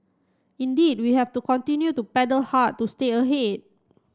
indeed we have to continue to paddle hard to stay ahead